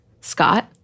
Scott